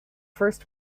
first